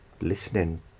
listening